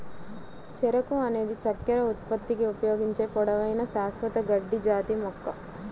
చెరకు అనేది చక్కెర ఉత్పత్తికి ఉపయోగించే పొడవైన, శాశ్వత గడ్డి జాతి మొక్క